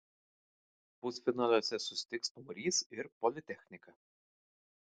pusfinaliuose susitiks pamarys ir politechnika